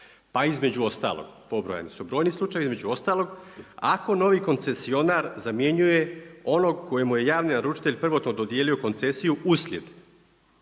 Pa između ostalog pobrojani su, brojni slučajevi između ostalog: ako novi koncesionar zamjenjuje onog kojeg mu je javni naručitelj prvotno dodijelio koncesiju uslijed